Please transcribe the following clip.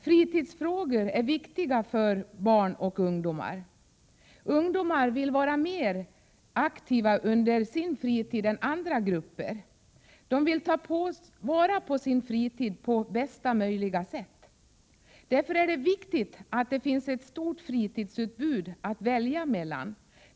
Fritidsfrågorna är viktiga för barn och ungdomar. Ungdomar vill vara mer aktiva än andra grupper under sin fritid. De vill ta vara på sin fritid på bästa möjliga sätt. Därför är det viktigt att det finns ett stort fritidsutbud att välja mellan.